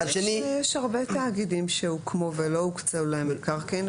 יש כאן נוסח שהוא הנוסח המקובל בתבניות החקיקה